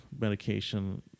medication